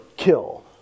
kill